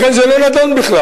לכן זה לא נדון בכלל.